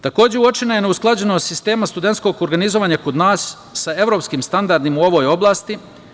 Takođe, uočena je neusklađenost sistema studentskog organizovanja kod nas sa evropskim standardima u ovoj oblasti.